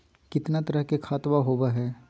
कितना तरह के खातवा होव हई?